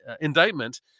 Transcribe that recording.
indictment